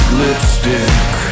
lipstick